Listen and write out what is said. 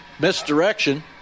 misdirection